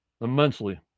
immensely